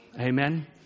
Amen